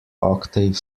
octave